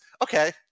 Okay